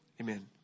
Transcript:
Amen